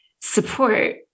support